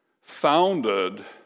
founded